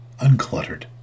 uncluttered